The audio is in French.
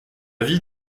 vie